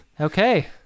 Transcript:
okay